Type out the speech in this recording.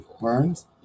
Burns